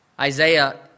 Isaiah